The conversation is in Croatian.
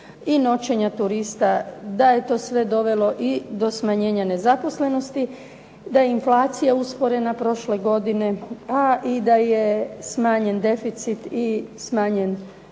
i noćenja turista, da je to sve dovelo i do smanjenja nezaposlenosti, da je inflacija usporena prošle godine, pa i da je smanjen deficit i smanjen inozemni